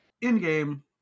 in-game